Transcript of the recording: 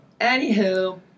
Anywho